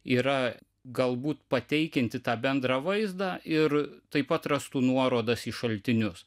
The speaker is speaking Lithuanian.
yra galbūt pateikianti tą bendrą vaizdą ir taip pat rastų nuorodas į šaltinius